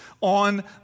on